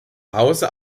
hause